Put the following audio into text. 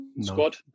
squad